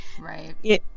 right